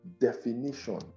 definition